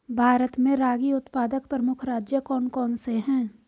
भारत में रागी उत्पादक प्रमुख राज्य कौन कौन से हैं?